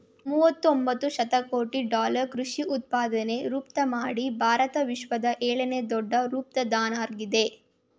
ಮೂವತೊಂಬತ್ತು ಶತಕೋಟಿ ಡಾಲರ್ ಕೃಷಿ ಉತ್ಪನ್ನ ರಫ್ತುಮಾಡಿ ಭಾರತ ವಿಶ್ವದ ಏಳನೇ ದೊಡ್ಡ ರಫ್ತುದಾರ್ನಾಗಿದೆ